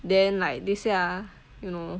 then like this ya you know